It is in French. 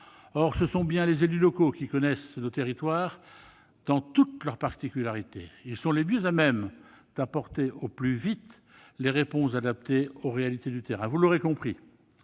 Or ce sont bien les élus locaux qui connaissent nos territoires dans toutes leurs particularités. Ils sont les mieux à même d'apporter au plus vite les réponses adaptées aux réalités du terrain. Vous l'aurez compris,